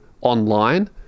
online